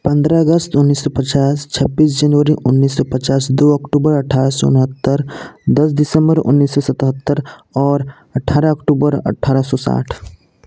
पंद्रह अगस्त उन्नीस सौ पचास छब्बीस जनवरी उन्नीस सौ पचास दो अक्टूबर अठारह सौ उनहत्तर दस दिसंबर उन्नीस सौ सतहत्तर और अठारह अक्टूबर अठारह सौ साठ